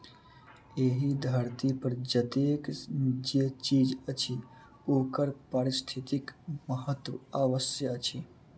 एहि धरती पर जतेक जे चीज अछि ओकर पारिस्थितिक महत्व अवश्य अछि